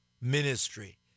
ministry